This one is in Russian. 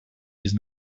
без